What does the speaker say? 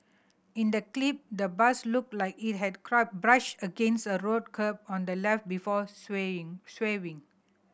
in the clip the bus looked like it had brushed against a road curb on the left before swerving